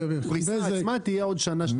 הפריסה עצמה תהיה בעוד שנה-שנתיים.